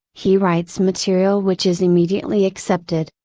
he writes material which is immediately accepted.